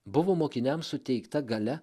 buvo mokiniams suteikta galia